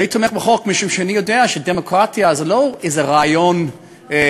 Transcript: אני תומך בחוק משום שאני יודע שדמוקרטיה זה לא איזה רעיון מופשט,